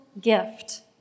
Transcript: gift